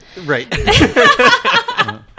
right